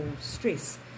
stress